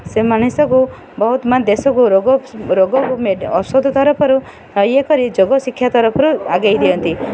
ସେ ମଣିଷକୁ ବହୁତ ମା ଦେଶକୁ ରୋଗ ରୋଗ ଔଷଧ ତରଫରୁ ଇଏ କରି ଯୋଗ ଶିକ୍ଷା ତରଫରୁ ଆଗେଇ ଦିଅନ୍ତି